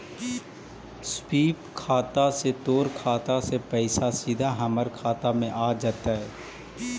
स्वीप खाता से तोर खाता से पइसा सीधा हमर खाता में आ जतउ